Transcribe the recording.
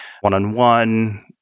one-on-one